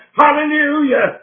hallelujah